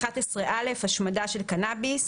השמדה של קנאביס11א.